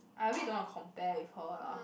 I really don't wanna compared with her lah